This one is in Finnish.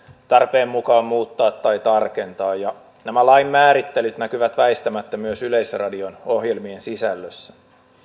tarpeen mukaan muuttaa tai tarkentaa ja nämä lain määrittelyt näkyvät väistämättä myös yleisradion ohjelmien sisällössä